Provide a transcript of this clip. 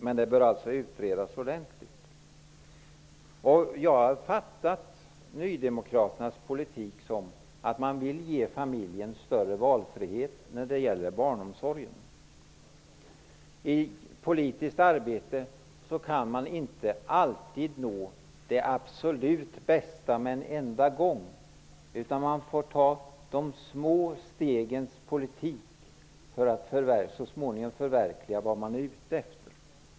Men frågan bör utredas ordentligt. Jag har fattat Ny demokratis politik så, att man vill ge familjen större valfrihet när det gäller barnomsorgen. I politiskt arbete kan man inte alltid nå det absolut bästa med en enda gång. Man får ta till de små stegens politik för att så småningom förverkliga vad man är ute efter.